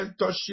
Mentorship